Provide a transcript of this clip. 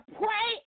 pray